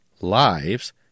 Lives